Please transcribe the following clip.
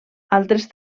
altres